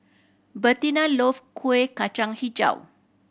Bertina love Kuih Kacang Hijau